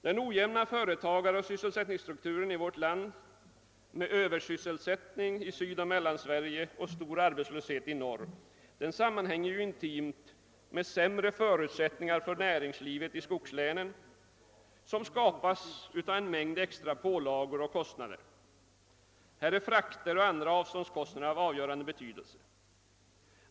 Den ojämna företagsoch sysselsättningsstrukturen i vårt land med översysselsättning i Sydoch Mellansverige och stor arbetslöshet i norr sammanhänger intimt med de sämre förutsättningar för näringslivet i skogslänen som skapas av en mängd extra pålagor och kostnader där. Frakter och andra avståndskostnader är härvidlag av avgörande betydelse.